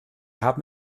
haben